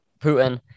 Putin